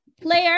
player